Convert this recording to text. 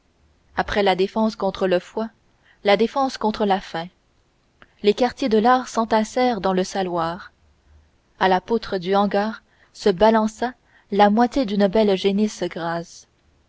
après la défense contre le froid la défense contre la faim les quartiers de lard s'entassèrent dans le saloir à la poutre du hangar se balança la moitié d'une belle génisse